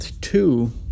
two